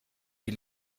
die